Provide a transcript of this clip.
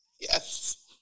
Yes